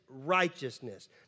righteousness